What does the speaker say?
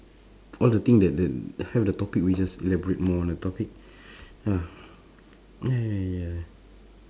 all the thing that that have the topic we just elaborate more on the topic ya ya ya ya